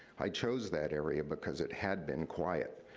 i chose that area because it had been quiet.